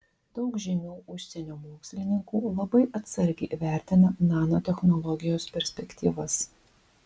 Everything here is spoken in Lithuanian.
daug žymių užsienio mokslininkų labai atsargiai vertina nanotechnologijos perspektyvas